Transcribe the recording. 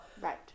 Right